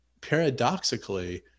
paradoxically